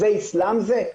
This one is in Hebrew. זה איסלאם זה?